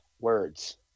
words